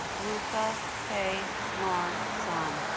rutha hay mar san